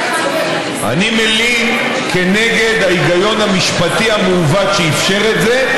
אני מלין כנגד ההיגיון המשפטי המעוות שאפשר את זה,